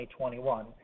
2021